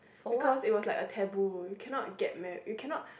because it was like a taboo you cannot get marri~ you cannot